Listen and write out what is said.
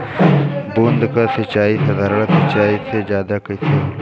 बूंद क सिचाई साधारण सिचाई से ज्यादा कईल जाला